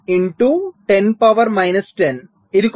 3 into 10 power minus 10